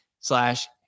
slash